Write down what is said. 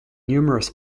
numerous